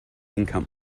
income